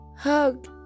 Hug